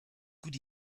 good